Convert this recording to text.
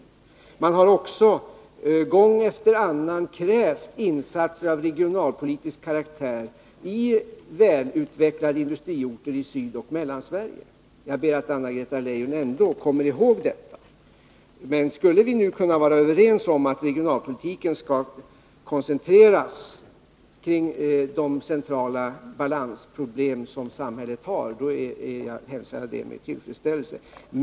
Socialdemokraterna har också gång efter annan krävt insatser av regionalpolitisk karaktär i välutvecklade industrior ter i Sydoch Mellansverige. Jag ber att Anna-Greta Leijon kommer ihåg detta. Skulle vi nu kunna vara överens om att regionalpolitiken skall koncentreras kring de centrala balansproblem som samhället har hälsar jag det med tillfredsställelse.